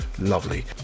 lovely